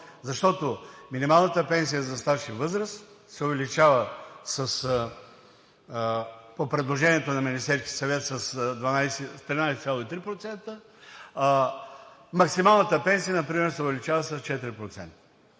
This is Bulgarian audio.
Защото минималната пенсия за стаж и възраст се увеличава по предложението на Министерския съвет с 13,3%, а максималната пенсия например се увеличава с 4%.